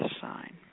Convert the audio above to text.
sign